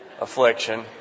affliction